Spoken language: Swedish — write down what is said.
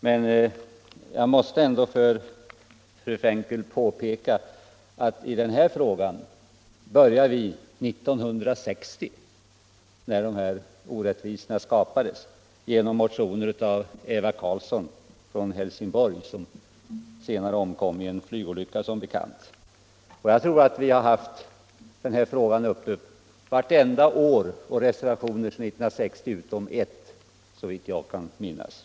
Men jag måste ändå för fru Frenkel påpeka att i den här Torsdagen den frågan började vi 1960, när dessa orättvisor skapades, agera genom mo 20 mars 1975 olycka som bekant. Såvitt jag kan minnas har vi haft den här frågan = Vissa änkepen uppe vart enda år och avgivit reservationer sedan 1960, utom ett år. = sionsoch barnpensionsfrågor